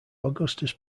augustus